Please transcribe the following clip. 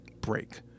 break